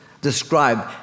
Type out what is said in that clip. described